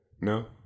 No